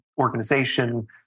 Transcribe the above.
organization